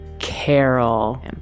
Carol